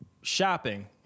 shopping